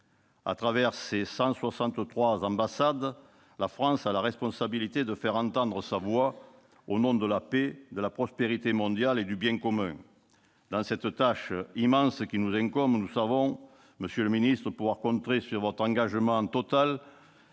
À travers ses 163 ambassades, la France a la responsabilité de faire entendre sa voix au nom de la paix, de la prospérité mondiale et du bien commun. Face à cette tâche immense qui nous incombe, nous savons, monsieur le ministre, que nous pouvons compter sur votre engagement total,